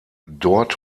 dort